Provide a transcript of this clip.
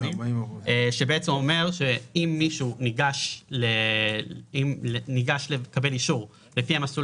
הסעיף אומר שאם מישהו ניגש לקבל אישור לפי המסלול